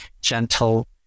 gentle